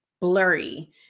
blurry